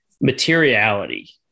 materiality